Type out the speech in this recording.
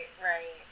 right